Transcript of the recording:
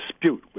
dispute